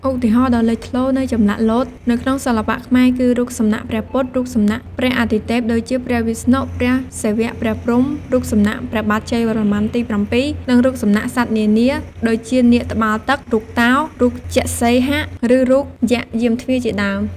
ឧទាហរណ៍ដ៏លេចធ្លោនៃចម្លាក់លោតនៅក្នុងសិល្បៈខ្មែរគឺ រូបសំណាកព្រះពុទ្ធ រូបសំណាកព្រះអាទិទេព ដូចជា ព្រះវិស្ណុ ព្រះសិវៈ ព្រះព្រហ្ម រូបសំណាកព្រះបាទជ័យវរ្ម័នទី៧ និងរូបសំណាកសត្វនានាដូចជានាគត្បាល់ទឹក រូបតោ រូបគជសីហ៍ ឬរូបយក្សយាមទ្វារជាដើម។